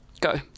go